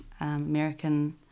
American